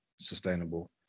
sustainable